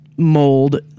mold